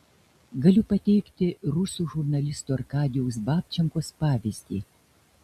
galiu pateikti rusų žurnalisto arkadijaus babčenkos pavyzdį